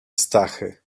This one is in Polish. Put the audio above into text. stachy